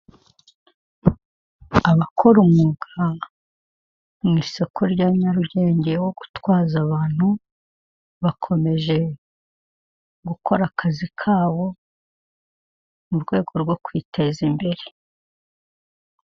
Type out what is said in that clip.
Abakora umwuga mu isoko rya Nyarugenge wo gutwaza abantu, bakomeje gukora akazi kabo mu rwego rwo kwiteza imbere.